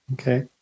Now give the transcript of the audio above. Okay